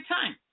time